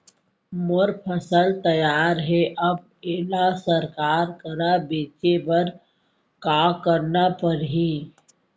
मोर फसल तैयार हे अब येला सरकार करा बेचे बर का करना पड़ही?